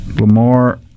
Lamar